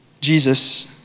Jesus